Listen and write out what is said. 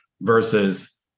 versus